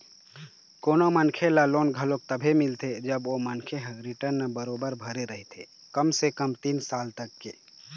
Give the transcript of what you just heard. कोनो मनखे ल लोन घलोक तभे मिलथे जब ओ मनखे ह रिर्टन बरोबर भरे रहिथे कम से कम तीन साल तक के